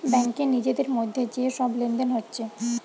ব্যাংকে নিজেদের মধ্যে যে সব লেনদেন হচ্ছে